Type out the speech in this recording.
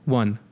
one